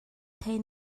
thei